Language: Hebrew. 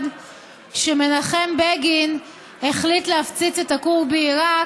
כשמנחם בגין החליט להפציץ את הכור בעיראק.